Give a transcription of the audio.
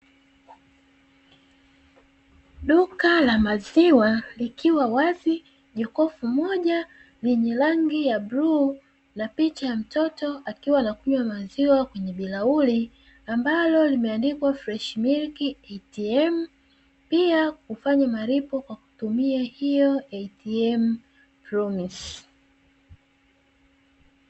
Duka la maziwa likiwa wazi, jokofu moja lenye rangi ya bluu, na picha ya mtoto akiwa anakunywa maziwa kwenye bilauri ambalo limeandikwa “Fresh Milk ATM”, pia kufanya malipo kwa kutumia hiyo "ATM Promise".